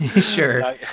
Sure